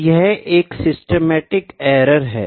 तो यह एक सिस्टेमेटिक एरर है